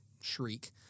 shriek